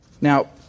Now